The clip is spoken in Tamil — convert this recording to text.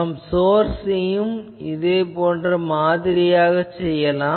நாம் சோர்ஸ் யும் மாதிரியாகச் செய்யலாம்